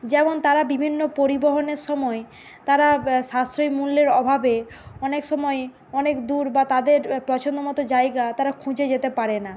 যেমন তারা বিভিন্ন পরিবহনের সময় তারা সাশ্রয়ী মূল্যের অভাবে অনেক সময় অনেক দূর বা তাদের পছন্দমতো জায়গা তারা খুঁজে যেতে পারে না